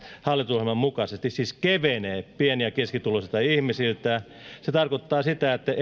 hallitusohjelman mukaisesti siis kevenee pieni ja keskituloisilta ihmisiltä se tarkoittaa sitä että